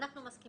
אנחנו מסכימים.